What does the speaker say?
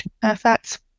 Perfect